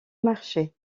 marché